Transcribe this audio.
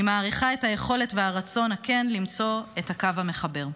אני מעריכה את היכולת והרצון הכן למצוא את הקו המחבר.